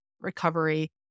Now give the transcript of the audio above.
recovery